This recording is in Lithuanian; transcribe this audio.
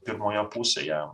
pirmoje pusėje